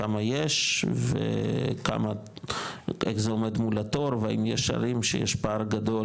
כמה יש ואיך זה עומד מול התור והאם יש ערים שיש פער גדול,